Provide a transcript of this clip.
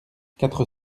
quatre